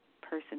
person